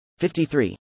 53